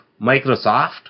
Microsoft